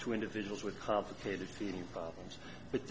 to individuals with complicated fee problems but